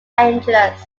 angeles